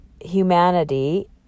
humanity